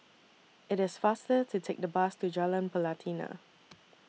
IT IS faster to Take The Bus to Jalan Pelatina